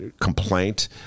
complaint